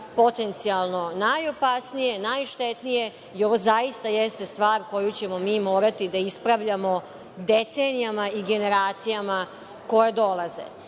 potencijalo najopasnije, najštetnije i ovo zaista jeste stvar koju ćemo mi morati da ispravljamo decenijama i generacijama koje dolaze. Čak